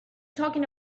talking